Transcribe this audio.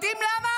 אתם יודעים למה?